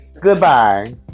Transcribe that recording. goodbye